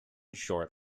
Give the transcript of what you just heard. short